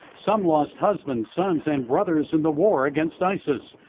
some lost husbands, sons and brothers in the war against isis.